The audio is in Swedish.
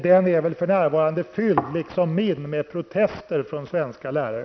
Den är väl för närvarande fylld, liksom min, med protestbrev från svenska lärare.